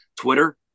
Twitter